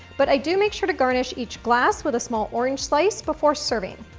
but i do make sure to garnish each glass with a small orange slice before serving.